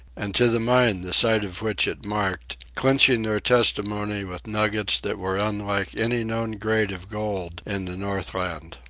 and to the mine the site of which it marked, clinching their testimony with nuggets that were unlike any known grade of gold in the northland.